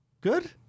Good